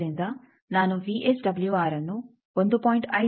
ಆದ್ದರಿಂದ ನಾನು ವಿಎಸ್ಡಬ್ಲ್ಯೂಆರ್ಅನ್ನು 1